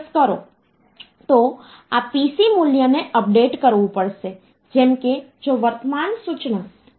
પછી અન્ય વર્ગની સંખ્યાઓ જે આપણી પાસે છે તે વાસ્તવિક સંખ્યાઓ છે એટલે કે વાસ્તવિક સંખ્યાઓમાં ફરીથી 2 ભાગ હશે એક પૂર્ણાંક ભાગ છે અને બીજો ભાગ અપૂર્ણાંક ભાગ છે